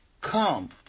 Come